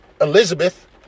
Elizabeth